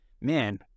man